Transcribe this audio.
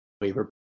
waiver